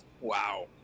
Wow